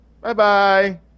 Bye-bye